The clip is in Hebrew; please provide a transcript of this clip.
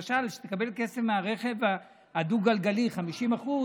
למשל, שתקבל כסף מהרכב הדו-גלגלי, 50%,